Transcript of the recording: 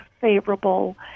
favorable